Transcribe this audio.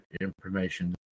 information